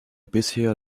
bisher